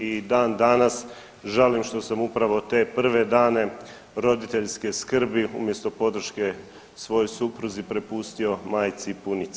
I dan danas žalim što sam upravo te prve dane roditeljske skrbi umjesto podrške svojoj supruzi prepustio majci i punici.